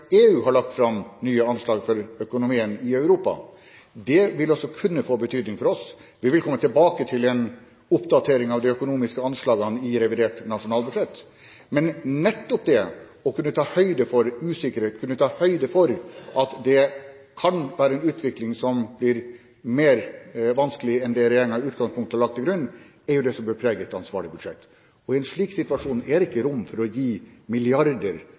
EU har lagt fram nye anslag for økonomien i Europa. Det vil også kunne få betydning for oss. Vi vil komme tilbake til en oppdatering av de økonomiske anslagene i revidert nasjonalbudsjett. Men nettopp det å kunne ta høyde for usikkerhet, kunne ta høyde for at det kan være en utvikling som blir vanskeligere enn det regjeringen i utgangspunktet har lagt til grunn, er jo det som bør prege et ansvarlig budsjett, og i en slik situasjon er det ikke rom for å gi milliarder